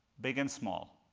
big and small,